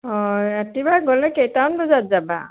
অঁ ৰাতিপুৱা গ'লে কেইটামান বজাত যাবা